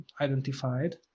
identified